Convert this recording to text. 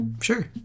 Sure